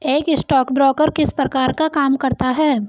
एक स्टॉकब्रोकर किस प्रकार का काम करता है?